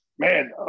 man